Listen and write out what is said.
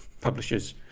publishers